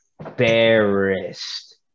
Embarrassed